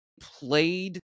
played